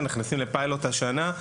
נכנסים לפיילוט השנה,